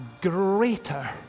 greater